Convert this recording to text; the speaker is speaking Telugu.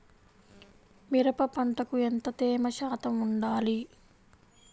మిరప పంటకు ఎంత తేమ శాతం వుండాలి?